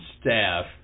staff